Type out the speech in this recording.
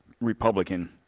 Republican